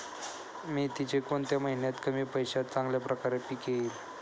मेथीचे कोणत्या महिन्यात कमी पैशात चांगल्या प्रकारे पीक येईल?